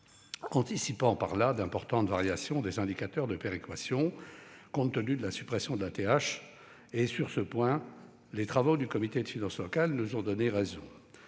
anticipant par là d'importantes variations des indicateurs de péréquation, compte tenu de la suppression de la taxe d'habitation. Sur ce point, les travaux du Comité des finances locales nous ont donné raison.